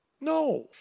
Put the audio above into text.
No